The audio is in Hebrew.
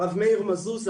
הרב מאיר מזוז,